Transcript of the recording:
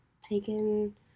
Taken